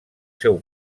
seu